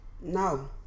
No